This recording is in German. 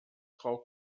frau